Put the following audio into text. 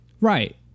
right